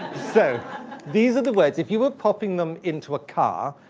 so these are the words. if you were popping them into a car,